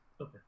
Okay